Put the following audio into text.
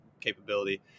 capability